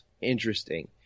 interesting